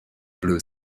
blue